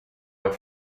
her